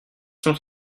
sont